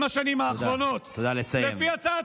בהתייחסות להצעת